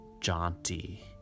jaunty